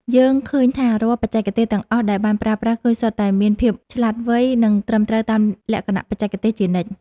យើងឃើញថារាល់បច្ចេកទេសទាំងអស់ដែលបានប្រើប្រាស់គឺសុទ្ធតែមានភាពឆ្លាតវៃ និង ត្រឹមត្រូវតាមលក្ខណៈបច្ចេកទេសជានិច្ច។